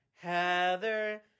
Heather